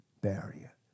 barrier